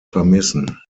vermissen